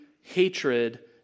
hatred